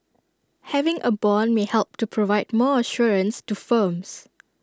having A Bond may help to provide more assurance to firms